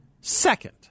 Second